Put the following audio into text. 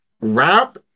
rap